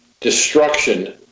destruction